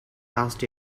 last